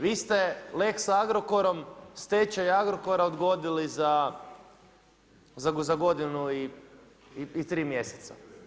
Vi ste Lex Agrokorom, stečaj Agrokora odgodili za godinu i 3 mjeseca.